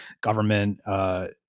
government